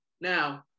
Now